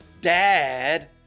Dad